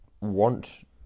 want